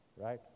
right